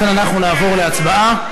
לכן, אנחנו נעבור להצבעה.